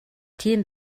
тийм